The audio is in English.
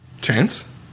Chance